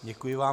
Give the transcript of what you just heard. Děkuji vám.